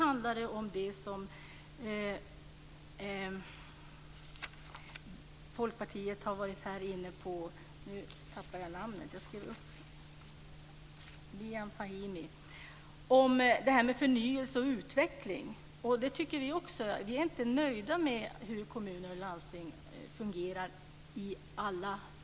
Jag vill också ta upp det som folkpartisten Bijan Fahimi sade om förnyelse och utveckling. Inte heller vi är i alla lägen nöjda med hur kommuner och landsting fungerar.